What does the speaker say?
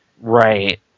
Right